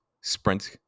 sprint